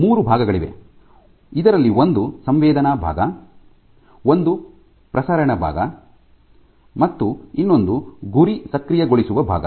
ಮೂರು ಭಾಗಗಳಿವೆ ಇದರಲ್ಲಿ ಒಂದು ಸಂವೇದನಾ ಭಾಗ ಒಂದು ಪ್ರಸರಣ ಭಾಗ ಮತ್ತು ಇನ್ನೊಂದು ಗುರಿ ಸಕ್ರಿಯಗೊಳಿಸುವ ಭಾಗ